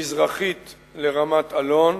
מזרחית לרמות-אלון,